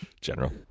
General